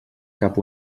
cap